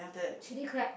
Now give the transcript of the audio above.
chili crab